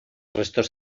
restos